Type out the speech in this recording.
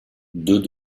deux